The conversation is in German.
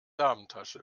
damentasche